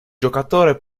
giocatore